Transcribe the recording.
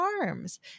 arms